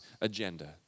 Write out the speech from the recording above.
agenda